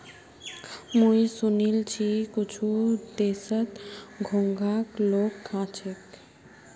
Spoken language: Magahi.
मुई सुनील छि कुछु देशत घोंघाक लोग खा छेक